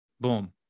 Boom